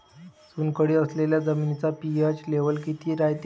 चुनखडी असलेल्या जमिनीचा पी.एच लेव्हल किती रायते?